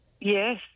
Yes